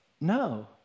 No